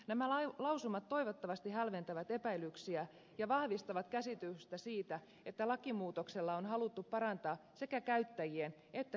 nämä lausumat toivottavasti hälventävät epäilyksiä ja vahvistavat käsitystä siitä että lakimuutoksella on haluttu parantaa sekä käyttäjien että tietohallintohenkilökunnan oikeusturvaa